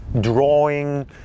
drawing